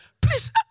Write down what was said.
Please